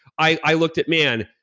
i i looked at, man,